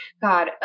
God